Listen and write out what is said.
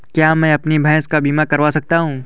क्या मैं अपनी भैंस का बीमा करवा सकता हूँ?